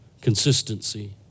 consistency